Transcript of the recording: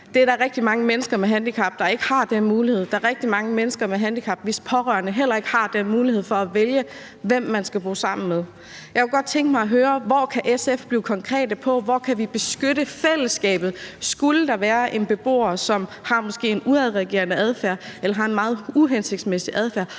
Der er rigtig mange mennesker med handicap, der ikke har den mulighed; der er rigtig mange mennesker med handicap, hvis pårørende heller ikke har den mulighed for at vælge, hvem man skal bo sammen med. Jeg kunne godt tænke mig at høre, hvor SF kan blive konkrete på, hvor vi kan beskytte fællesskabet, skulle der være en beboer, som måske har en udadreagerende adfærd eller har en meget uhensigtsmæssig adfærd.